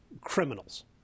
criminals